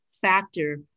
factor